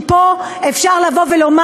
כי פה אפשר לומר: